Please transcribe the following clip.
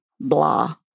blah